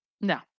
No